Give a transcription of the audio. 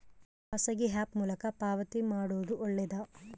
ಖಾಸಗಿ ಆ್ಯಪ್ ಮೂಲಕ ಪಾವತಿ ಮಾಡೋದು ಒಳ್ಳೆದಾ?